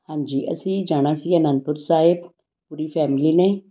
ਹਾਂਜੀ ਅਸੀਂ ਜਾਣਾ ਸੀ ਅਨੰਦਪੁਰ ਸਾਹਿਬ ਪੂਰੀ ਫੈਮਲੀ ਨੇ